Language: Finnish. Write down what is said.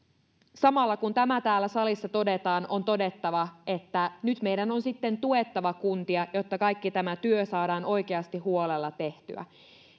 samalla kun tämä täällä salissa todetaan on todettava että nyt meidän on sitten tuettava kuntia jotta kaikki tämä työ saadaan oikeasti huolella tehtyä